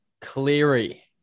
cleary